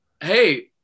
hey